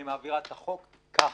אני מעבירה את החוק כך.